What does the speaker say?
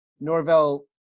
Norvell